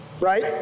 right